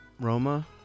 Roma